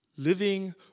Living